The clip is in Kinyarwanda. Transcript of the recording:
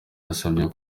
yasabye